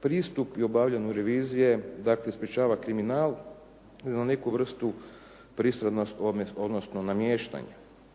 pristup i obavljanju revizije, dakle sprječava kriminal, neku vrstu pristranosti odnosno namještanja.